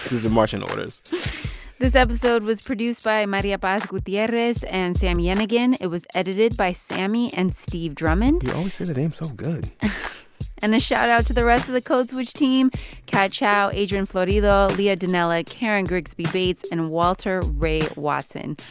these are marching orders this episode was produced by maria paz gutierrez and sami yenigun. it was edited by sami and steve drummond you always say their names so good and a shout-out to the rest of the code switch team kat chow, adrian florido, leah donnella, karen grigsby bates and walter ray watson.